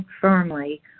firmly